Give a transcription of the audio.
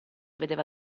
vedeva